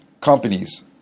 companies